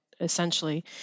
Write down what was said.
essentially